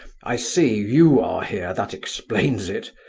i see, you are here, that explains it!